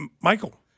Michael